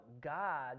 God